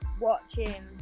watching